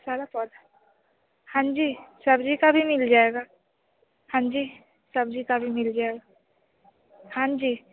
सारा पौधा हाँ जी सब्जी का भी मिल जाएगा हाँ जी सब्जी का भी मिल जाएगा हाँ जी